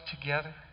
together